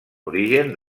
origen